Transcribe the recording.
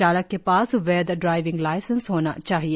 चालक के पास वैध ड्राइविंग लाइसेंस होना चाहिए